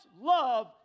love